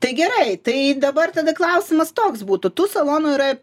tai gerai tai dabar tada klausimas toks būtų tų salonų yra